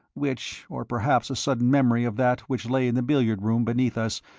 which, or perhaps a sudden memory of that which lay in the billiard room beneath us,